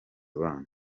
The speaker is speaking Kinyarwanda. abana